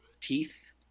teeth